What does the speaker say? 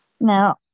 Now